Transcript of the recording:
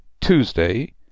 Tuesday